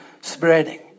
spreading